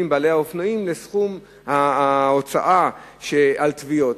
בעלי האופנועים לבין סכום ההוצאה על תביעות.